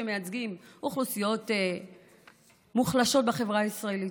שמייצגים אוכלוסיות מוחלשות בחברה הישראלית.